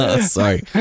Sorry